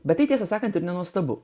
bet tai tiesą sakant ir nenuostabu